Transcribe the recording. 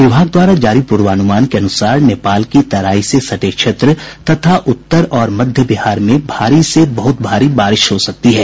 विभाग द्वारा जारी पूर्वानुमान के अनुसार नेपाल की तराई से सटे क्षेत्र तथा उत्तर और मध्य बिहार में भारी से बहुत भारी बारिश हो सकती है